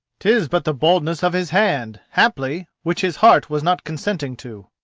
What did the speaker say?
tis but the boldness of his hand haply, which his heart was not consenting to.